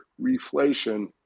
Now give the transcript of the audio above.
reflation